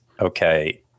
okay